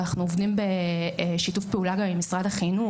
אנחנו עובדים בשיתוף פעולה גם עם משרד החינוך.